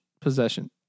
possession